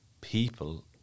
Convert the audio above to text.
people